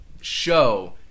show